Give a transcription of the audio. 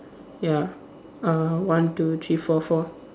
ya uh one two three four four